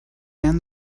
end